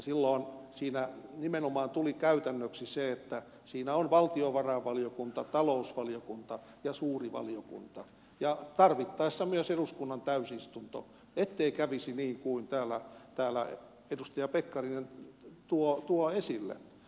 silloin siinä nimenomaan tuli käytännöksi se että siinä on valtiovarainvaliokunta talousvaliokunta ja suuri valiokunta ja tarvittaessa myös eduskunnan täysistunto ettei kävisi niin kuin täällä edustaja pekkarinen tuo esille